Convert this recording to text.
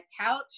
Couch